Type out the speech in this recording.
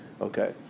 Okay